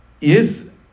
Yes